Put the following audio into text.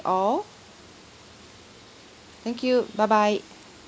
all thank you bye bye